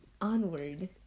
Onward